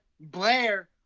Blair